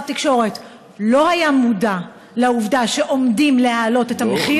לא היה מודע לעובדה שעומדים להעלות את המחיר?